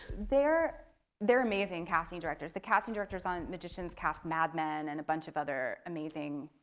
they're they're amazing casting directors. the casting directors on magicians cast madmen and a bunch of other amazing,